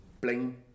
Bling